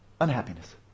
unhappiness